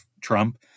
Trump